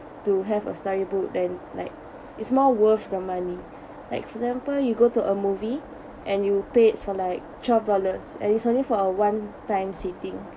to have a storybook then like is more worth the money like for example you go to a movie and you paid for like twelve dollars and it's only for uh one time sitting